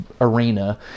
arena